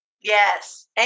Yes